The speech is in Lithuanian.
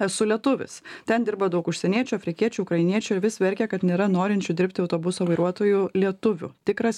esu lietuvis ten dirba daug užsieniečių afrikiečių ukrainiečių ir vis verkia kad nėra norinčių dirbti autobuso vairuotojų lietuvių tikras